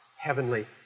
heavenly